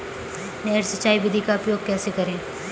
नहर सिंचाई विधि का उपयोग कैसे करें?